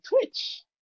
Twitch